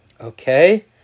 Okay